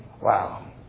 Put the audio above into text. Wow